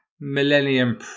millennium